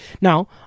Now